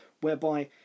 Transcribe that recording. Whereby